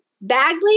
Bagley